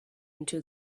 into